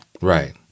Right